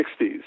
1960s